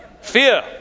Fear